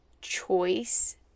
choice